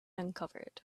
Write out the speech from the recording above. uncovered